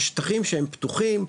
יש שטחים שהם פתוחים.